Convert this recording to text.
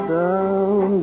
down